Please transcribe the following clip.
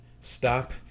stop